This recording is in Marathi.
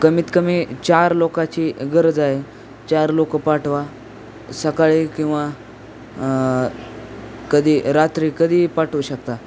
कमीतकमी चार लोकाची गरज आहे चार लोक पाठवा सकाळी किंवा कधी रात्री कधीही पाठवू शकता